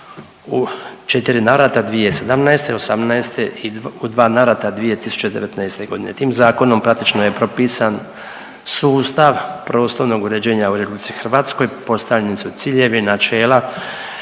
u 4 navrata 2017., '18. i u dva navrata 2019. godine. Tim zakonom praktično je propisan sustav prostornog uređenja u RH, postavljeni su ciljevi, načela,